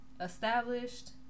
established